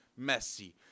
Messi